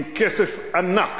עם כסף ענק